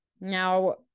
now